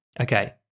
Okay